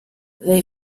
they